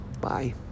Bye